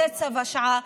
זה צו השעה.